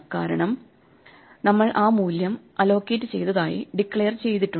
കാരണം നമ്മൾ ആ മൂല്യം അലോക്കേറ്റ് ചെയ്തതായി ഡിക്ലയർ ചെയ്തിട്ടുണ്ട്